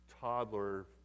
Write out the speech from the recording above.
toddler